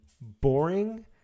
boring